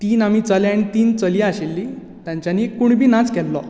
तीन आमी चले आनी तीन चलयां आशिल्लीं तांच्यानी कुणबी नाच केल्लो